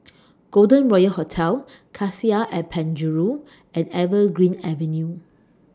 Golden Royal Hotel Cassia At Penjuru and Evergreen Avenue